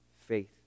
faith